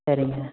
சரிங்க